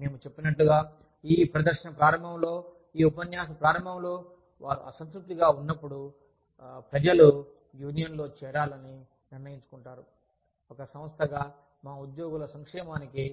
మేము చెప్పినట్లుగా ఈ ప్రదర్శన ప్రారంభంలో ఈ ఉపన్యాసం ప్రారంభంలో వారు అసంతృప్తిగా ఉన్నప్పుడు ప్రజలు యూనియన్లో చేరాలని నిర్ణయించుకుంటారు ఒక సంస్థగా మా ఉద్యోగుల సంక్షేమానికి